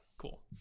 cool